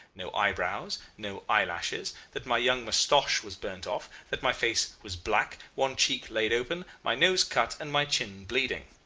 no eyebrows, no eyelashes, that my young moustache was burnt off, that my face was black, one cheek laid open, my nose cut, and my chin bleeding.